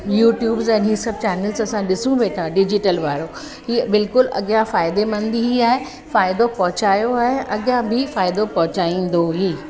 YouTubes आहिनि ही सभु चैनल्स असां ॾिसूं वेठा डिजीटल वारो ही बिल्कुलु अॻियां फ़ाइदेमंद ही आहे फ़ाइदो पहुचायो आहे अॻियां बि फ़ाइदो पहुचाईंदो ही